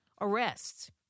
arrests